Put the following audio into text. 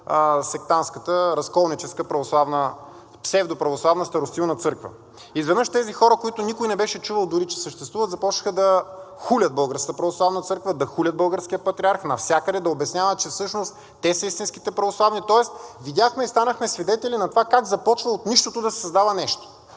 сектантската разколническа псевдоправославна старостилна църква. Изведнъж тези хора, които никой не беше чувал дори, че съществуват, започнаха да хулят Българската православна църква, да хулят българския патриарх, навсякъде да обясняват, че всъщност те са истинските православни. Тоест видяхме и станахме свидетели на това как започва от нищото да създава нещо